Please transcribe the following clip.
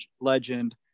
legend